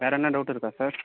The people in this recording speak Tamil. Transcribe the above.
வேறு என்ன டவுட் இருக்கா சார்